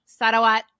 Sarawat